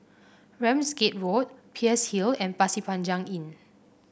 Ramsgate Road Peirce Hill and Pasir Panjang Inn